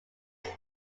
his